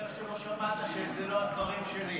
לא שמעת שאלה הדברים שלי.